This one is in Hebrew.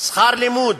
שכר לימוד,